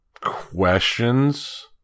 questions